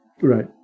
Right